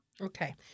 Okay